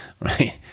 right